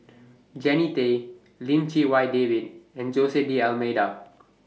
Jannie Tay Lim Chee Wai David and Jose D'almeida